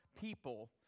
people